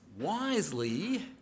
wisely